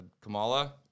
Kamala